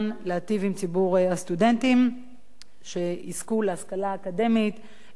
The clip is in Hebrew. ציבור הסטודנטים שיזכו להשכלה אקדמית איכותית,